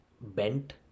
bent